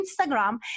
Instagram